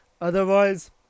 Otherwise